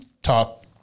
talk